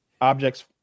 objects